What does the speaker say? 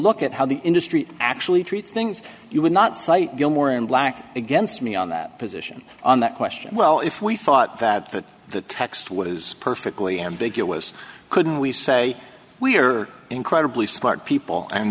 look at how the industry actually treats things you would not cite gilmore in black against me on that position on that question well if we thought that that the text was perfectly ambiguous couldn't we say we are incredibly smart people and